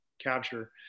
capture